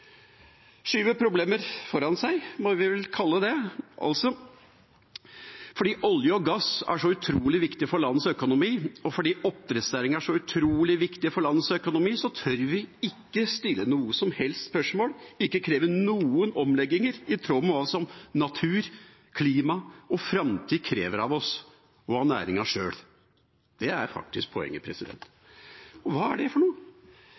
problemer foran seg, må vi vel kalle det. Fordi olje og gass er så utrolig viktig for landets økonomi, og fordi oppdrettsnæringen er så utrolig viktig for landets økonomi, tør vi ikke stille noen som helst spørsmål, ikke kreve noen omlegginger i tråd med hva natur, klima og framtid krever av oss og av næringen selv. Det er poenget. Og hva er det for noe? Er det ikke nettopp nå,